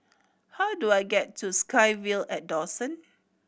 how do I get to SkyVille at Dawson